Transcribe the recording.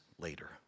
later